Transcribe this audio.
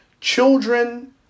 children